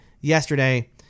yesterday